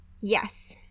yes